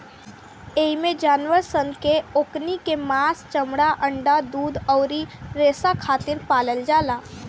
एइमे जानवर सन के ओकनी के मांस, चमड़ा, अंडा, दूध अउरी रेसा खातिर पालल जाला